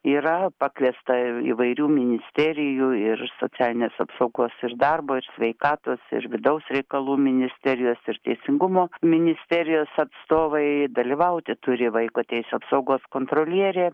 yra pakviesta įvairių ministerijų ir socialinės apsaugos ir darbo sveikatos ir vidaus reikalų ministerijos ir teisingumo ministerijos atstovai dalyvauti turi vaiko teisių apsaugos kontrolierė